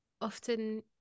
often